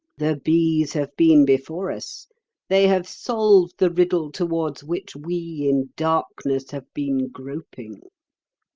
the bees have been before us they have solved the riddle towards which we in darkness have been groping.